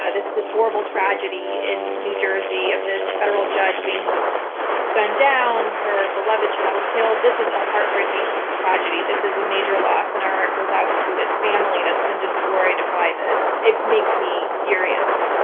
ah this this horrible tragedy in new jersey of this federal judge being gunned down, her beloved child killed. this is a heartbreaking tragedy. this is a major loss, and our heart goes out to this family that's been destroyed by this. it makes me furious,